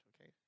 okay